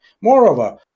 Moreover